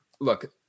look